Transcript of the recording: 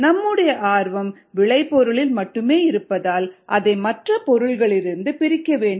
நம்முடைய ஆர்வம் விளைபொருளில் மட்டுமே இருப்பதால் அதை மற்ற பொருட்களிலிருந்து பிரிக்க வேண்டும்